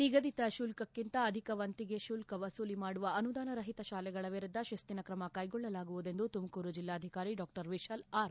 ನಿಗಧಿತ ಶುಲ್ಕಕ್ಷಿಂತ ಅಧಿಕ ವಂತಿಗೆ ಶುಲ್ಕ ವಸೂಲಿ ಮಾಡುವ ಅನುದಾನ ರಹಿತ ಶಾಲೆಗಳ ವಿರುದ್ದ ಶಿಸ್ತಿನ ಕ್ರಮ ಕೈಗೊಳ್ಳಲಾಗುವುದೆಂದು ತುಮಕೂರು ಜಿಲ್ಲಾಧಿಕಾರಿ ಡಾ ವಿಶಾಲ್ ಆರ್